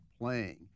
playing